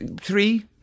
Three